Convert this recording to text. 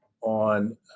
on